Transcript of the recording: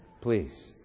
Please